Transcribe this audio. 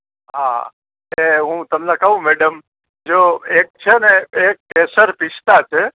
હા એ હું તમને કહું મેડમ જો એક છે ને એ કેસર પિસ્તા છે